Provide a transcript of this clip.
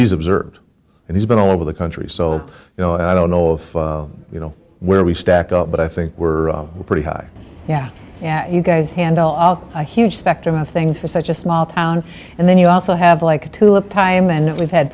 he's observed and he's been all over the country so you know i don't know if you know where we stack up but i think we're pretty high yeah yeah you guys handle a huge spectrum of things for such a small town and then you also have like to have time and we've had